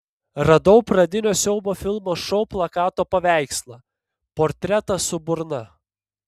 radau pradinio siaubo filmo šou plakato paveikslą portretą su burna